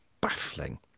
baffling